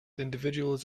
individuals